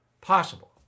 possible